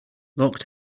locked